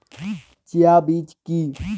Chia বীজ কী?